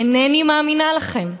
אינני מאמינה לכם.